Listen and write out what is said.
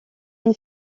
les